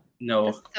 no